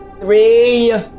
Three